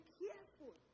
careful